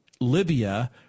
Libya